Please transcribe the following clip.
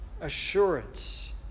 assurance